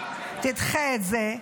תדחה את זה,